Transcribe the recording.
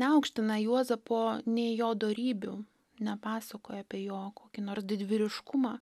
neaukština juozapo nei jo dorybių nepasakoja apie jo kokį nors didvyriškumą